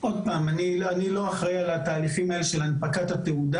אני לא אחראי על התהליכים האלה של הנפקת התעודה.